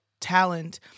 talent